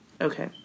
Okay